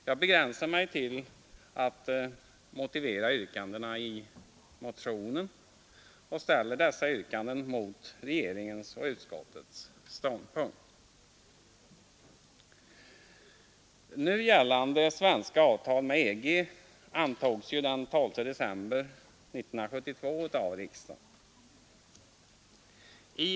Jag begränsar mig till att motivera yrkandena i motionen och ställer dem mot regeringens och utskottets ståndpunkt. Nu gällande svenska avtal med EG antogs den 12 december 1972 av riksdagen.